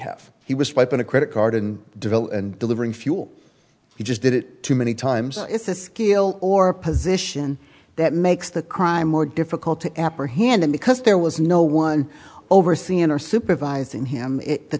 have he was piping a credit card and develop and delivering fuel he just did it too many times it's a skill or position that makes the crime more difficult to apprehend him because there was no one overseeing or supervising him in the